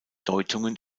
deutungen